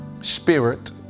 spirit